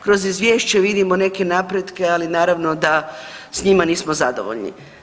Kroz izvješće vidimo neke napretke ali naravno da s njima nismo zadovoljni.